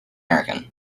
american